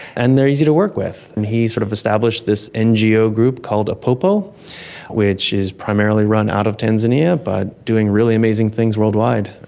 and they're easy to work with. and he sort of established this ngo group called apopo which is primarily run out of tanzania but doing really amazing things worldwide.